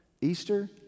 Easter